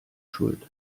schuld